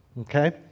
Okay